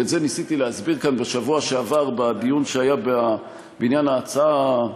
ואת זה ניסיתי להסביר כאן בשבוע שעבר בדיון שהיה בעניין ההצעה,